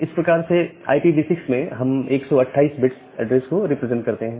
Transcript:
इस प्रकार से IPv6 में हम 128 बिट्स एड्रेस को रिप्रेजेंट करते हैं